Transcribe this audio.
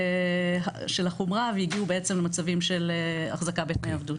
של החומרה והגיעו בעצם למצבים של החזקה בתנאי עבדות.